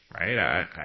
right